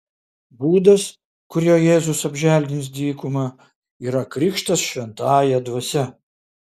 būdas kuriuo jėzus apželdins dykumą yra krikštas šventąja dvasia